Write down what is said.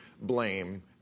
blame